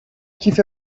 کیف